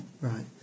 Right